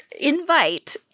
invite